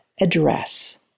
address